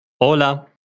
Hola